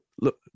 look